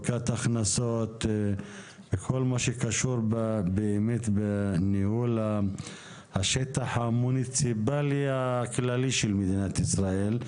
וכל מה שקשור באמת בניהול השטח המוניציפלי הכללי של מדינת ישראל.